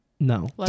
No